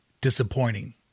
disappointing